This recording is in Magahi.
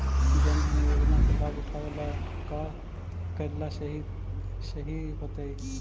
जन धन योजना के लाभ उठावे ला का का करेला सही होतइ?